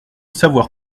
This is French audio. savoir